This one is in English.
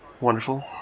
Wonderful